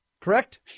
correct